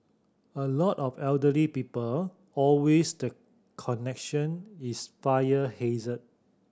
a lot of elderly people always the connection is fire hazard